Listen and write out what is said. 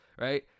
right